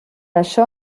això